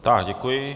Tak děkuji.